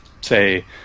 say